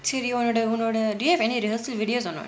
சரி உன்னோட உன்னோட:sari unoda unoda do you have any rehearsal videos or not